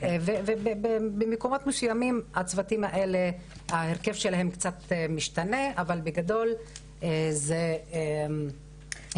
במקומות מסויימים הצוותים האלה ההרכב שלהם קצת משתנה אבל בגדול יש פה